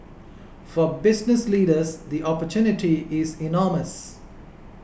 for business leaders the opportunity is enormous